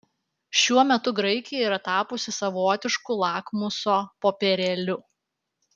šiuo metu graikija yra tapusi savotišku lakmuso popierėliu